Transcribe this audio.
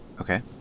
Okay